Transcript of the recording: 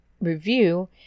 review